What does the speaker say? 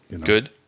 Good